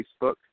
Facebook